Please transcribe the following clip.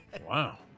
Wow